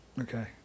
okay